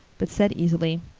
but said easily,